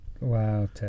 Wow